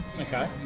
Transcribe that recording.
Okay